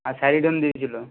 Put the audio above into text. আর Saridon দিয়েছিল